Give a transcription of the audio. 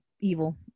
evil